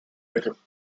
equipped